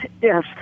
yes